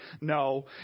No